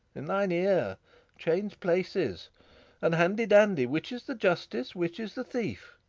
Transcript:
in thine ear change places and, handy-dandy, which is the justice, which is the thief